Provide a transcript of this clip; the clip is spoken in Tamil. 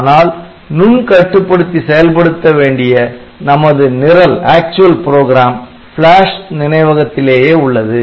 ஆனால் நுண் கட்டுப்படுத்தி செயல்படுத்த வேண்டிய நமது நிரல் ப்ளாஷ் நினைவகத்திலேயே உள்ளது